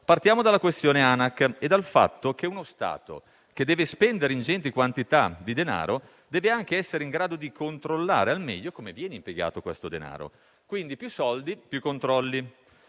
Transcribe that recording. Partiamo dalla questione Anac e dal fatto che uno Stato che deve spendere ingenti quantità di denaro deve anche essere in grado di controllare al meglio come viene impiegato questo denaro. Quindi, più soldi, più controlli.